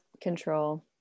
Control